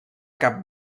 cap